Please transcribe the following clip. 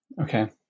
Okay